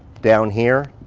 down here.